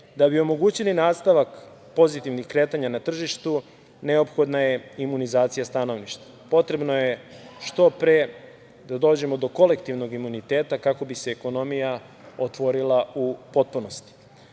da bi omogućili nastavak pozitivnih kretanja na tržištu neophodna je imunizacija stanovništva. Potrebno je što pre da dođemo do kolektivnog imuniteta kako bi se ekonomija otvorila u potpunosti. Podsetiću